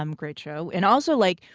um great show. and also, like,